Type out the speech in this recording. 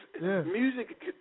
Music